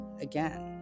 again